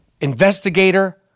investigator